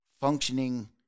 functioning